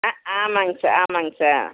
ஆ ஆமாங்க சார் ஆமாங்க சார்